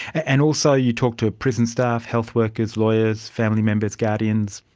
and also you talked to prison staff, health workers, lawyers, family members, guardians.